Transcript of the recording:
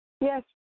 Yes